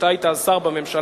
אתה היית אז שר בממשלה,